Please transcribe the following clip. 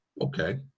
Okay